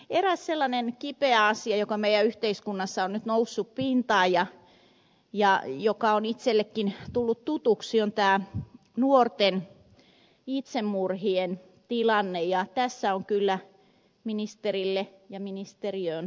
eräs sellainen kipeä asia joka meidän yhteiskunnassamme on nyt noussut pintaan ja joka on itsellekin tullut tutuksi on tämä nuorten itsemurhien tilanne ja tässä on kyllä ministerille ja ministeriöön haastetta